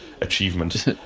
achievement